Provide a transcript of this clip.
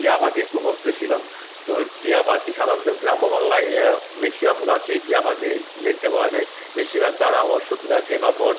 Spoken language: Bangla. টিয়া পাখির খুব ভক্ত ছিল তো টিয়া পাখি সাধারণত গ্রাম্য বাংলায় ম্যাক্সিমাম গাছেই টিয়া পাখি দেখতে পাওয়া যায় বেশিরভাগ তারা অশ্বত্থ গাছে বা বট